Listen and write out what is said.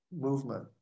movement